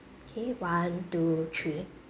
okay one two three